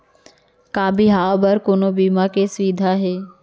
का बिहाव बर कोनो बीमा के सुविधा हे?